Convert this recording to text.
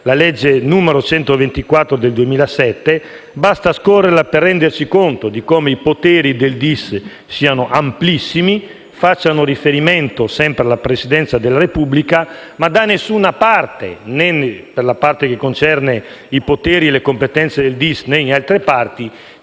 la n. 124 del 2007, per renderci conto di come i poteri del DIS siano amplissimi. Facciano riferimento sempre alla Presidenza del Consiglio ma da nessuna parte, né per la parte che concerne i poteri e le competenze del DIS, né in altre parti,